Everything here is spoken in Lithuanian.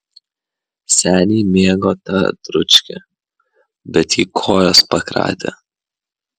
seniai mėgo tą dručkę bet ji kojas pakratė